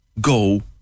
go